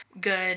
good